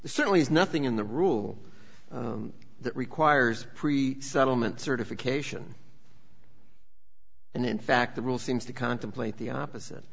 there certainly is nothing in the rule that requires pre settlement certification and in fact the rule seems to contemplate the opposite